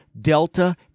Delta